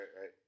right